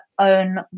own